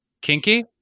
kinky